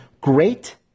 great